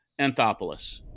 Anthopoulos